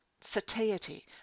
satiety